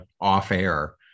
off-air